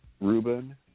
Ruben